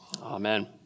Amen